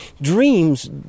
Dreams